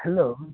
hello